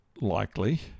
likely